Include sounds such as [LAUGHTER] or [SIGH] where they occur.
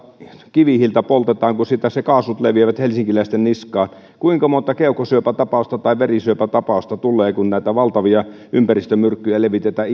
kivihiiltä poltetaan ja kun siitä kaasut leviävät helsinkiläisten niskaan niin kuinka monta keuhkosyöpätapausta tai verisyöpätapausta tulee kun näitä valtavia ympäristömyrkkyjä levitetään [UNINTELLIGIBLE]